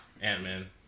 Ant-Man